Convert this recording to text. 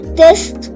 test